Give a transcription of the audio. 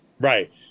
Right